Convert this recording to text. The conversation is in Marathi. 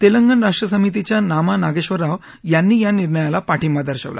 तेलंगण राष्ट्र समितीच्या नामा नागेश्वर राव यांनी या निर्णयाला पाठींबा दर्शवला